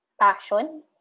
passion